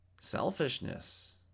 selfishness